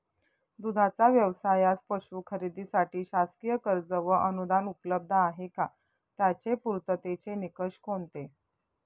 दूधाचा व्यवसायास पशू खरेदीसाठी शासकीय कर्ज व अनुदान उपलब्ध आहे का? त्याचे पूर्ततेचे निकष कोणते?